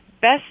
Best